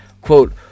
quote